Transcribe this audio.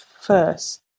first